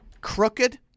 Crooked